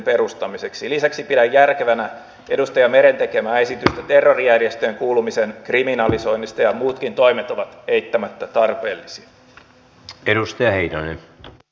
lisäksi pidän järkevänä edustaja meren tekemää esitystä terrorijärjestöön kuulumisen kriminalisoinnista ja muutkin toimet ovat eittämättä tarpeellisia